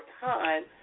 time